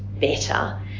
better